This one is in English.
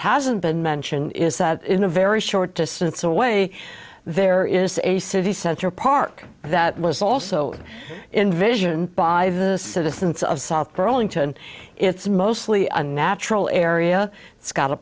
hasn't been mentioned is that in a very short distance away there is a city center park that was also invision by the citizens of south burlington it's mostly a natural area